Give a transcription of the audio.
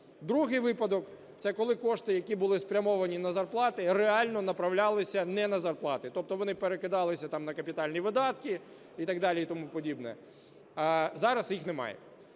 Другий випадок - це коли кошти, які були спрямовані на зарплати, реально направлялися не на зарплати, тобто вони перекидалися на капітальні видатки і так далі і тому подібне.